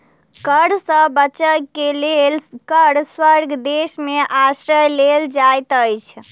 कर सॅ बचअ के लेल कर स्वर्ग देश में आश्रय लेल जाइत अछि